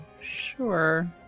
Sure